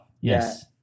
Yes